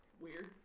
weird